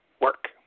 work